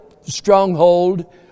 stronghold